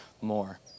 more